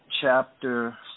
chapter